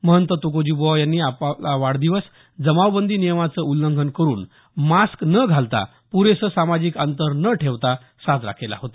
महंत तुकोजीबुवा यांनी आपला वाढदिवस जमावबंदी नियमाचं उल्लंघन करून मास्क न घालता पुरेसं सामाजिक अंतर न ठेवता साजरा केला होता